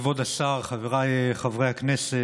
כבוד השר, חבריי חברי הכנסת,